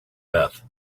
beth